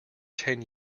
ten